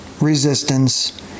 resistance